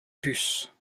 puces